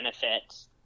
benefits